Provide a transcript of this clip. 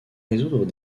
résoudre